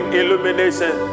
illumination